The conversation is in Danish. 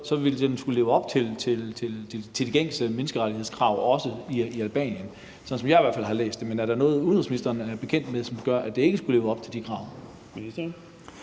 ville den skulle leve op til de gængse menneskerettighedskrav, også i Albanien. Sådan har jeg i hvert fald læst det, men er der noget, udenrigsministeren er bekendt med, som gør, at det ikke skulle leve op til de krav?